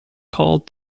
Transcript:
called